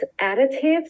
additives